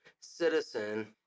citizen